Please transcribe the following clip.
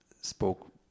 spoke